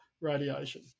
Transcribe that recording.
radiation